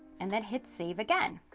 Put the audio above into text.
and then hit save again.